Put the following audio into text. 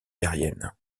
aérienne